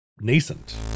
nascent